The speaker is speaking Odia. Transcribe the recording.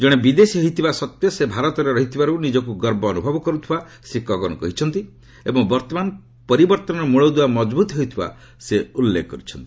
ଜଣେ ବିଦେଶୀ ହୋଇଥିବା ସତ୍ତ୍ୱେ ସେ ଭାରତରେ ରହିଥିବାରୁ ନିଜକୁ ଗର୍ବ ଅନୁଭବ କରୁଥିବା ଶ୍ରୀ କଗନ୍ କହିଛନ୍ତି ଏବଂ ବର୍ତ୍ତମାନ ପରିବର୍ଭନର ମୂଳଦୁଆ ମଜବୁତ ହେଉଥିବା ସେ ଉଲ୍ଲେଖ କରିଛନ୍ତି